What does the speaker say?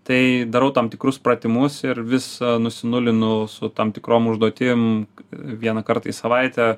tai darau tam tikrus pratimus ir visą nusinulinu su tam tikrom užduotim vieną kartą į savaitę